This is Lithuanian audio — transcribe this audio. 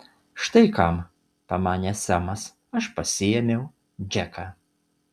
štai kam pamanė semas aš pasiėmiau džeką